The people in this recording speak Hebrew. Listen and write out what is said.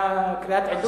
זה היה קריאת עידוד.